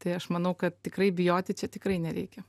tai aš manau kad tikrai bijoti čia tikrai nereikia